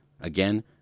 Again